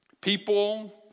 People